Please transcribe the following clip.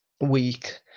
week